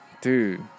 dude